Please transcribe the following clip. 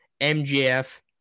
MGF